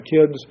kids